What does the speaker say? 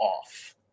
off